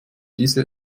diese